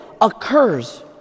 occurs